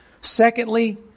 Secondly